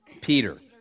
Peter